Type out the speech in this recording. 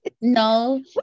No